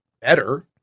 better